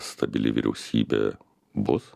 stabili vyriausybė bus